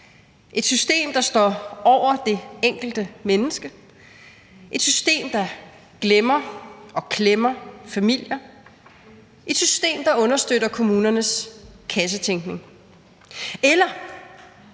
et system, der står over det enkelte menneske, et system, der glemmer og klemmer familier, et system, der understøtter kommunernes kassetænkning, eller